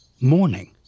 morning